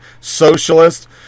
socialist